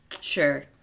sure